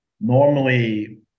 normally